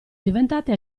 diventate